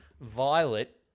Violet